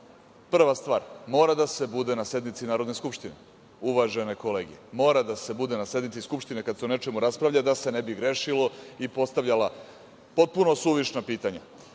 stvar, mora da se bude na sednici Narodne skupštine, uvažene kolege. Mora da se bude na sednici Skupštine kada se o nečemu raspravlja, da se ne bi grešilo i postavljala potpuno suvišna pitanja.